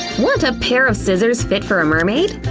want a pair of scissors fit for a mermaid?